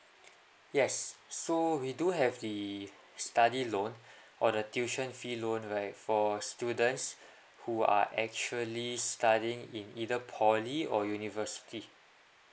yes so we do have the study loan or the tuition fee loan right for students who are actually studying in either poly or university